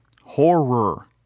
Horror